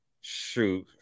shoot